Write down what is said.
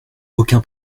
aucun